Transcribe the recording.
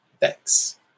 Thanks